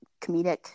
comedic